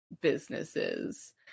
businesses